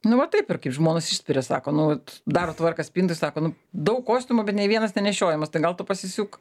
nu va taip ir kaip žmonės išsitarė sako nu vat daro tvarką spintoj sako nu daug kostiumų bet nei vienas nenešiojamas tai gal tu pasisiūk